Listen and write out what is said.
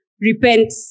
repent